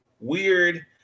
weird